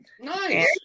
Nice